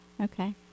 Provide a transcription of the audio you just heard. Okay